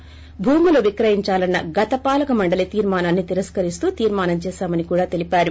భూములు విక్రయిందాలన్న గత పాలకమండలి తీర్మానాన్ని తిరస్కరిస్తూ తీర్మానం చేశామని కూడా తెలిపారు